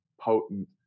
potent